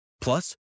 Plus